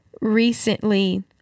recently